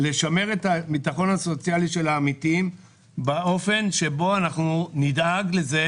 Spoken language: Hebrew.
לשמר את הביטחון הסוציאלי של העמיתים באופן שבו אנחנו נדאג לזה